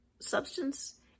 substance